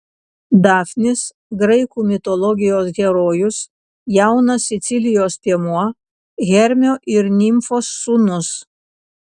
dafnis graikų mitologijos herojus jaunas sicilijos piemuo hermio ir nimfos sūnus